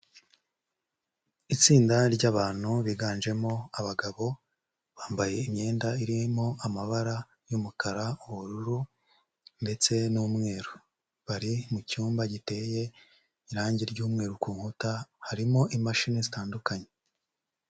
Itsinda ry'abantu biganjemo abagabo, bambaye imyenda irimo amabara y'umukara, ubururu ndetse n'umweru, bari mu cyumba giteye irangi ry'umweru ku nkuta, harimo imashini zitandukanye.